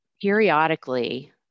periodically